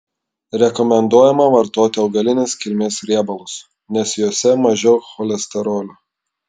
rekomenduojama vartoti augalinės kilmės riebalus nes juose mažiau cholesterolio